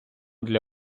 для